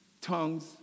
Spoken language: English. tongues